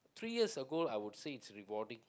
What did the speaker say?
three years ago I would say it's rewarding